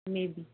maybe